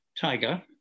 Tiger